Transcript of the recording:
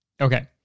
Okay